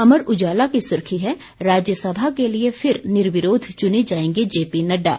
अमर उजाला की सुर्खी है राज्यसभा के लिए फिर निर्विरोध चुने जाएंगे जेपी नड्डा